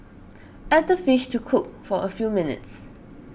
add the fish to cook for a few minutes